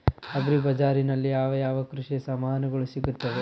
Agri ಬಜಾರಿನಲ್ಲಿ ಯಾವ ಯಾವ ಕೃಷಿಯ ಸಾಮಾನುಗಳು ಸಿಗುತ್ತವೆ?